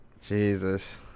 Jesus